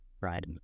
right